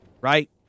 right